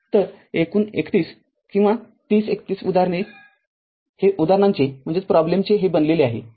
तर एकूण ३१ किंवा ३० ३१ उदाहरणे हे बनले आहे